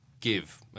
give